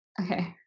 okay